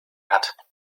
hat